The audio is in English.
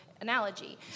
analogy